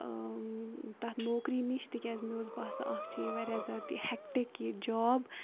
تَتھ نوکری نِش تِکیازِ مےٚ اوس باسان اَکھ چھِ یہِ واریاہ زیادٕ یہِ ہٮ۪کٹِک یہِ جاب